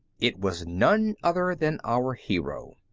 it was none other than our hero.